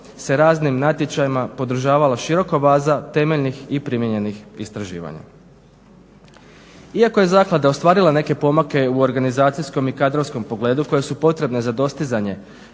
se raznim natječajima podržavala široka vaza temeljnih i primijenjenih istraživanja. Iako je zaklada ostvarila neke pomake u organizacijskom i kadrovskom pogledu koje su potrebne za dostizanje